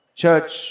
church